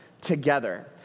together